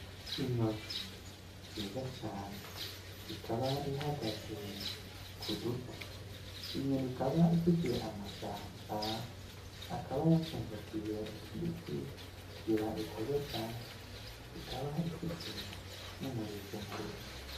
Inyoni nziza cane ikaba ihagaze ku duti. Inyoni ikaba ifite amajanja akaba yafumbatiye utu duti, kugira itagaca ikaba ifite n'umurizo muremure.